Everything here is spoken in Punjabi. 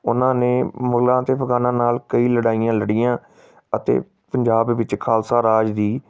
ਉਹਨਾਂ ਨੇ ਮੁਗਲਾਂ ਅਤੇ ਅਫ਼ਗਾਨਾਂ ਨਾਲ ਕਈ ਲੜਾਈਆਂ ਲੜੀਆਂ ਅਤੇ ਪੰਜਾਬ ਵਿੱਚ ਖਾਲਸਾ ਰਾਜ ਦੀ